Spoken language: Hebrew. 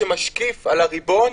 שמשקיף על הריבון,